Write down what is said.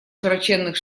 широченных